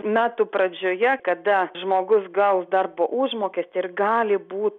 metų pradžioje kada žmogus gaus darbo užmokestį ir gali būt